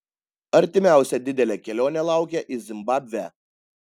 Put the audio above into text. artimiausia didelė kelionė laukia į zimbabvę